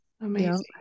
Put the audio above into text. Amazing